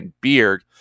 Beard